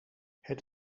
het